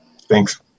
Thanks